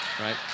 Right